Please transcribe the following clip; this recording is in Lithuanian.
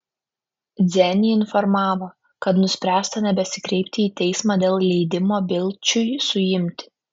dzenį informavo kad nuspręsta nebesikreipti į teismą dėl leidimo bilčiui suimti